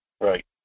Right